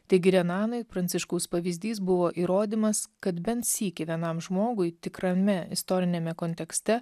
taigi renanui pranciškaus pavyzdys buvo įrodymas kad bent sykį vienam žmogui tikrame istoriniame kontekste